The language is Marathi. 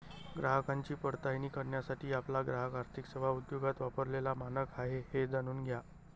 ग्राहकांची पडताळणी करण्यासाठी आपला ग्राहक आर्थिक सेवा उद्योगात वापरलेला मानक आहे हे जाणून घ्या